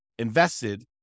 invested